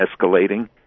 escalating